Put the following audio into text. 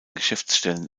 geschäftsstellen